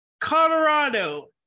Colorado